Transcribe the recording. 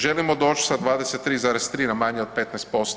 Želimo doći sa 23,3 na manje od 15%